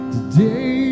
Today